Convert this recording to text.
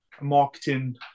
marketing